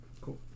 Cool